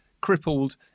crippled